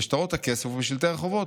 בשטרות הכסף ובשלטי רחובות,